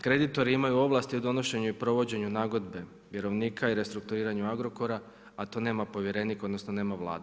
Kreditor ima ovlasti o donošenju i provođenju nagodbe vjerovnika i restrukturiranja Agrokora a to nema povjerenik odnosno nema Vlada.